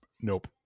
Nope